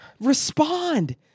Respond